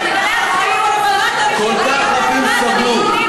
רבים כל כך סבלו.